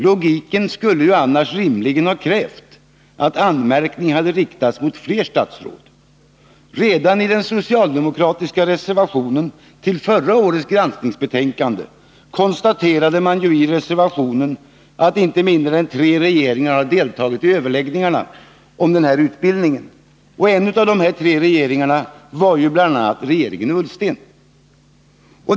Logiken skulle ju annars rimligen ha krävt att anmärkning hade riktats mot fler statsråd. Redan i den socialdemokratiska reservationen till förra årets granskningsbetänkande konstaterade man ju att inte mindre än tre regeringar deltagit i överläggningarna om denna utbildning. En av dessa tre regeringar var regeringen Ullsten.